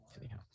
anyhow